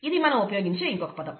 ఇది మనం ఉపయోగించే ఇంకొక పదం